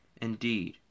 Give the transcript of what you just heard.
Indeed